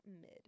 mid